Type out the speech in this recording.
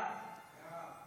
נא להצביע.